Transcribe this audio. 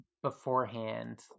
beforehand